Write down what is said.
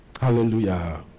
Hallelujah